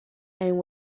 and